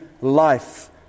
life